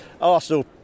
Arsenal